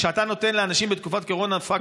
חבר הכנסת יעקב אשר.